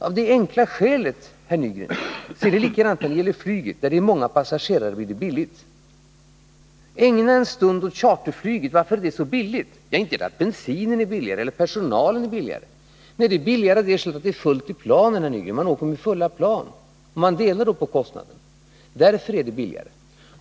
När det gäller flyget, herr Nygren, gäller samma enkla skäl - när man har många passagerare blir det billigare. Ägna en stund åt att begrunda varför charterflyget är så billigt! Det är inte på grund av att bensinen är billigare eller personalkostnaderna lägre utan på grund av att man flyger med fulla plan. Man delar alltså på kostnaden, och därför är det billigare.